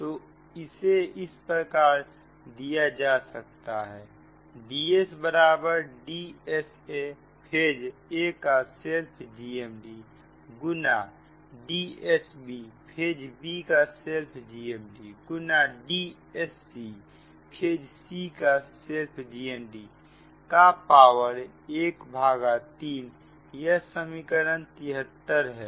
तो इसे इस प्रकार दिया जा सकता है Ds बराबर Dsa फेज a का सेल्फ GMD गुनाDsb फेज b का सेल्फ GMDगुना Dscफेज c का सेल्फ GMD का पावर ⅓ यह समीकरण 73 है है